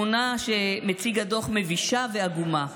התמונה שמציג הדוח מבישה ועגומה: